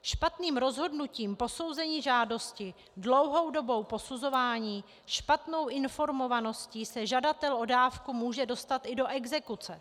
Špatným rozhodnutím posouzení žádosti, dlouhou dobou posuzování, špatnou informovaností se žadatel o dávku může dostat i do exekuce.